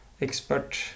expert